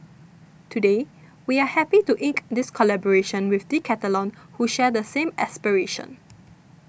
today we are happy to ink this collaboration with Decathlon who share the same aspiration